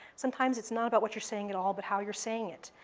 sometimes it's not about what you're saying at all, but how you're saying it.